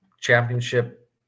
championship